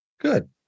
Good